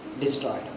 destroyed